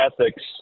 ethics